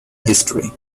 history